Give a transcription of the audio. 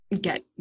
get